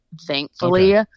Thankfully